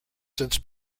since